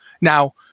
Now